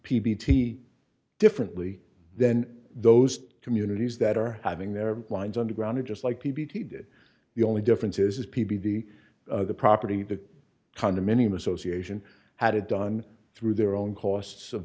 p b t differently then those communities that are having their lines underground or just like the beauty did the only difference is p b b the property the condominium association had it done through their own costs of